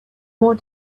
more